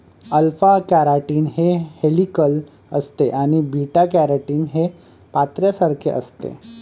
alpha keratin हे helical असते आणि बीटा केराटीन हे पत्र्यासारखे असते